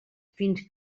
fins